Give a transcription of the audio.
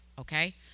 okay